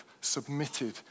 submitted